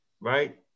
right